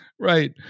right